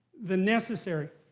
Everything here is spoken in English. than necessary,